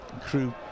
Crew